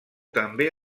també